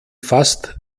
fast